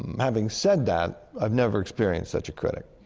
having said that, i've never experienced such a critic.